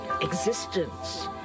existence